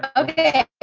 ah okay,